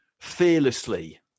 fearlessly